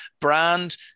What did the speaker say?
Brand